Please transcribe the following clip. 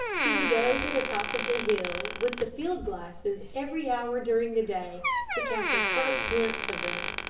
he would go to the top of the hill with the field glasses every hour during the day to catch a first glimpse of them.